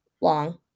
long